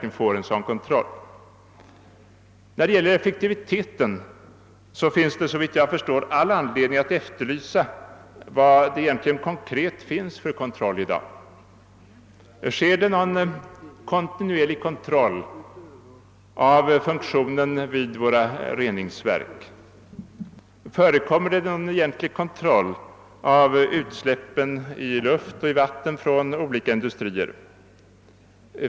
När det gäller effektiviteten finns det såvitt jag förstår all anledning att efterlysa vad det konkret finns för kontroller i dag. Sker det någon kontinuerlig kontroll av funktionen vid våra reningsverk? Förekommer det någon egentlig kontroll av utsläppen i luft och vatten från olika industrier?